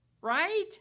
right